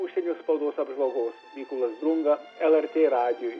užsienio spaudos apžvalgos mykolas drunga lrt radijui